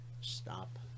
stop